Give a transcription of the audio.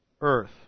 Earth